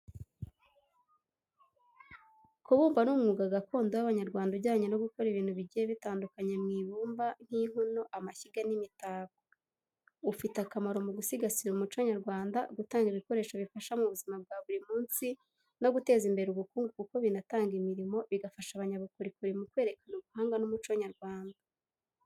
Kubumba ni umwuga gakondo w’Abanyarwanda ujyanye no gukora ibintu bigiye bitandukanye mu ibumba, nk’inkono, amashyiga n’imitako. Ufite akamaro mu gusigasira umuco nyarwanda, gutanga ibikoresho bifasha mu buzima bwa buri munsi, no guteza imbere ubukungu kuko binatanga imirimo, bigafasha abanyabukorikori mu kwerekana ubuhanga n’umuco nyarwanda.